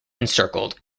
encircled